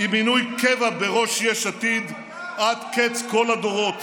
עם מינוי קבע בראש יש עתיד עד קץ כל הדורות.